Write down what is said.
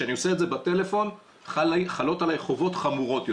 כשאני עושה את זה בטלפון חלות עליי חובות חמורות יותר.